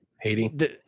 Haiti